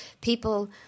people